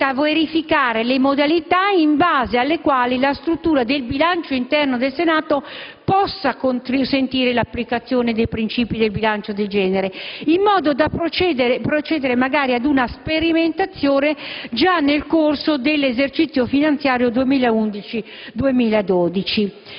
diretta a verificare le modalità in base alle quali la struttura del bilancio interno del Senato possa consentire l'applicazione dei principi del bilancio di genere, in modo da procedere magari ad una sperimentazione già nel corso dell'esercizio finanziario 2011-2012.